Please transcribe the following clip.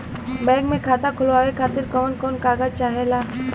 Bank मे खाता खोलवावे खातिर कवन कवन कागज चाहेला?